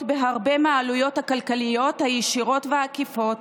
בהרבה מהעלויות הכלכליות הישירות והעקיפות